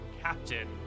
Captain